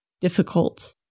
difficult